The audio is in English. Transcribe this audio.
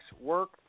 work